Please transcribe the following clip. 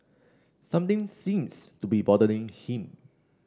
something seems to be bothering him